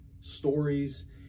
stories